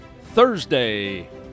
Thursday